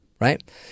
right